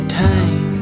time